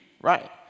right